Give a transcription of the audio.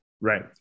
Right